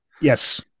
Yes